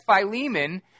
Philemon